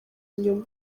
inyuma